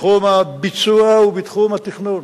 בתחום הביצוע ובתחום התכנון,